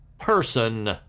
person